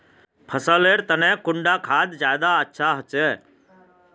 फसल लेर तने कुंडा खाद ज्यादा अच्छा होचे?